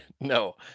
No